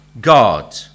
God